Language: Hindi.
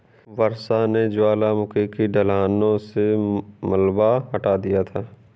वर्षा ने ज्वालामुखी की ढलानों से मलबा हटा दिया था